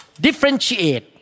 differentiate